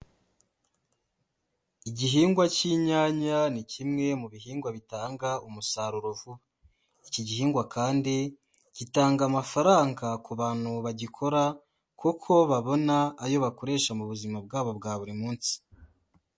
Igihingwa cy'inyanya ni kimwe mu bihingwa bitanga umusaruro vuba, iki gihingwa kandi gitanga amafaranga ku bantu bagikora kuko babona ayo bakoresha mu buzima bwabo bwa buri munsi.